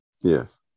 Yes